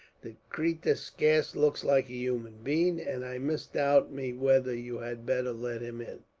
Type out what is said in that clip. the cratur scarce looks like a human being, and i misdoubt me whether you had better let him in.